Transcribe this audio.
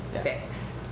fix